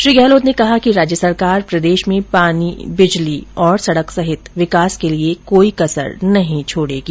श्री गहलोत ने कहा कि राज्य सरकार प्रदेश में पानी बिजली सड़क सहित विकास के लिए कोई कसर नहीं छोड़ेगी